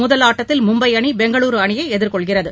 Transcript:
முதல் ஆட்டத்தில் மும்பை அணி பெங்களூரூ அணியை எதிர்கொள்கிறது